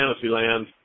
Fantasyland